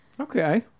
Okay